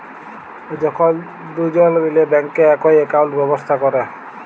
যখল দুজল মিলে ব্যাংকে একই একাউল্ট ব্যবস্থা ক্যরে